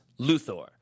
Luthor